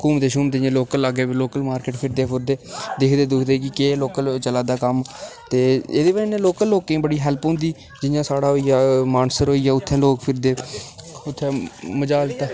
घूमदे शूमदे local market फिरदे दिखदे दुखदे कि केह् लोकल चला दा कम्म एह्दी बजह कन्नै लोकल लोक गी बड़ी हैल्प होंदी जि'यां मानसर होई गेआ उत्थै लोक फिरदे उत्थै मजालते